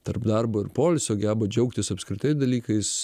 tarp darbo ir poilsio geba džiaugtis apskritai dalykais